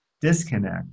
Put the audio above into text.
disconnect